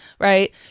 right